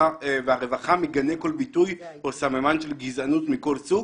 והרווחה מגנה כל ביטוי או סממן של גזענות מכל סוג.